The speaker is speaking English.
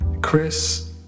Chris